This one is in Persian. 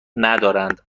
ندارند